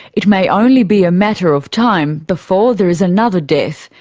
it may only be a matter of time before there is another death,